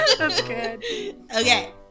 Okay